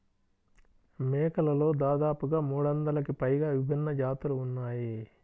మేకలలో దాదాపుగా మూడొందలకి పైగా విభిన్న జాతులు ఉన్నాయి